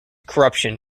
corruption